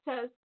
says